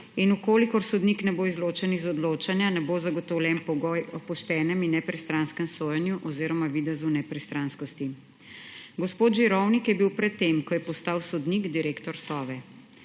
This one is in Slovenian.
In če sodnik ne bo izločen iz odločanja, ne bo zagotovljen pogoj o poštenem in nepristranskem sojenju oziroma videzu nepristranskosti. Gospod Žirovnik je bil pred tem, ko je postal sodnik, direktor Sove.